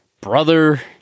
brother